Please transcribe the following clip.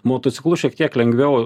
motociklu šiek tiek lengviau